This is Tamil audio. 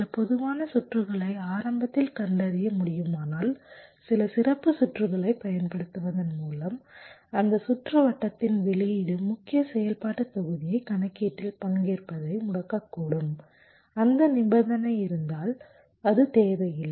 சில பொதுவான சுற்றுகளை ஆரம்பத்தில் கண்டறிய முடியுமானால் சில சிறப்பு சுற்றுகளைப் பயன்படுத்துவதன் மூலம் அந்த சுற்றுவட்டத்தின் வெளியீடு முக்கிய செயல்பாட்டுத் தொகுதியை கணக்கீட்டில் பங்கேற்பதை முடக்கக்கூடும் அந்த நிபந்தனை இருந்தால் அது தேவையில்லை